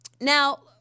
Now